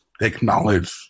acknowledge